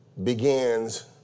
Begins